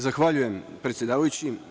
Zahvaljujem, predsedavajući.